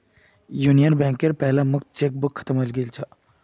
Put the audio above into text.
union बैंकेर पहला मुक्त चेकबुक खत्म हइ गेल छ